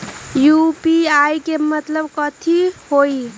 UPI के मतलब कथी होई?